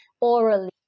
orally